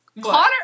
Connor